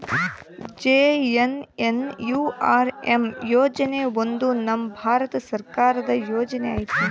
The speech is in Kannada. ಜೆ.ಎನ್.ಎನ್.ಯು.ಆರ್.ಎಮ್ ಯೋಜನೆ ಒಂದು ನಮ್ ಭಾರತ ಸರ್ಕಾರದ ಯೋಜನೆ ಐತಿ